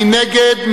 מי נגד?